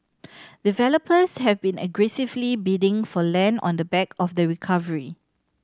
developers have been aggressively bidding for land on the back of the recovery